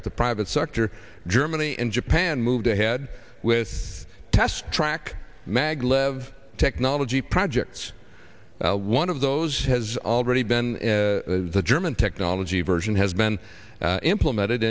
with the private sector germany and japan moved ahead with test track maglev technology projects one of those has already been the german technology version has been implemented